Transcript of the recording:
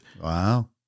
Wow